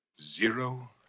Zero